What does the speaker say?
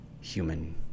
human